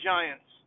Giants